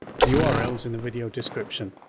the ah url is in the video description.